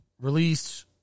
Released